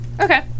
Okay